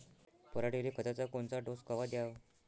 पऱ्हाटीले खताचा कोनचा डोस कवा द्याव?